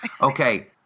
Okay